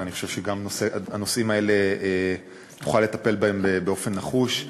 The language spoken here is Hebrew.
ואני חושב שגם בנושאים האלה תוכל לטפל באופן נחוש.